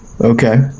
Okay